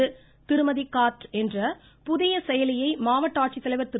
திருமதிகார்ட் என்ற புதிய செயலியை மாவட்ட ஆட்சித்தலைவர் திரு